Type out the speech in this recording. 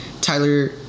Tyler